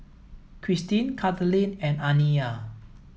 Christine Kathaleen and Aniya